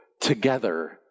together